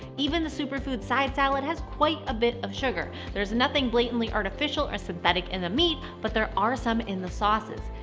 even the superfood side salad has quite a bit of sugar. there's nothing blatantly artificial or synthetic in the meat, but there are some in the sauces.